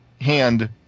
hand